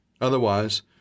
Otherwise